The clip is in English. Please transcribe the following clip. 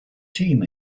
team